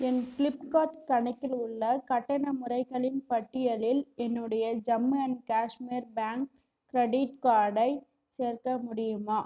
என் ஃப்ளிப்கார்ட் கணக்கில் உள்ள கட்டண முறைகளின் பட்டியலில் என்னுடைய Jammu and Kashmir bank credit கார்டை சேர்க்க முடியுமா